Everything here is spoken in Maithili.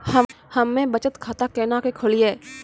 हम्मे बचत खाता केना के खोलियै?